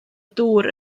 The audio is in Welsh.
dŵr